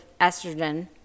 estrogen